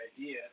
idea